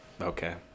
Okay